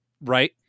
right